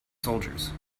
soldiers